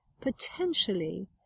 potentially